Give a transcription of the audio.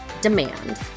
demand